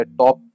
top